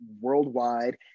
worldwide